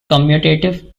commutative